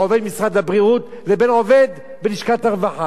עובד משרד הבריאות ועובד בלשכת הרווחה?